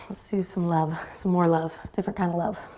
let's do some love, some more love, different kind of love.